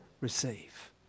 receive